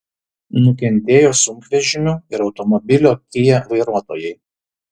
nukentėjo sunkvežimio ir automobilio kia vairuotojai